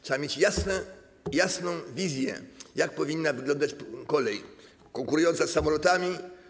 Trzeba mieć jasną wizję, jak powinna wyglądać kolej konkurująca z samolotami.